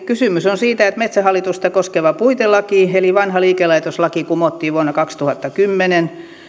kysymys on siitä että metsähallitusta koskeva puitelaki eli vanha liikelaitoslaki kumottiin vuonna kaksituhattakymmenen